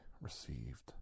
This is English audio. received